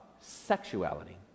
sexuality